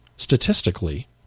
Statistically